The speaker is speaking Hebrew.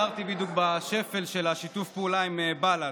עצרתי בדיוק בשפל של שיתוף הפעולה עם בל"ד.